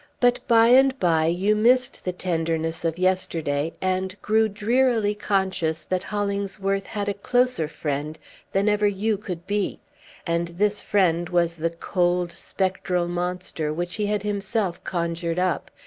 but by and by you missed the tenderness of yesterday, and grew drearily conscious that hollingsworth had a closer friend than ever you could be and this friend was the cold, spectral monster which he had himself conjured up,